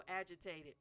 agitated